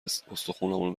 استخونامو